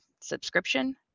subscription